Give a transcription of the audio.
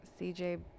cj